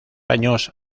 años